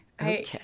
Okay